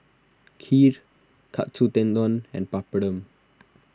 Kheer Katsu Tendon and Papadum